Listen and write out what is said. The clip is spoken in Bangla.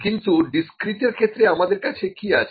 কিন্তু ডিসক্রিট এর ক্ষেত্রে আমাদের কাছে কি আছে